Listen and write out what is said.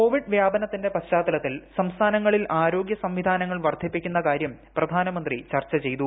Covid വ്യാപനത്തിന്റെ പശ്ചാത്തലത്തിൽ സംസ്ഥാനങ്ങളിൽ ആരോഗ്യ സംവിധാനങ്ങൾ വർധിപ്പിക്കുന്ന കാര്യം പ്രധാനമന്ത്രി ചർച്ച ചെയ്തു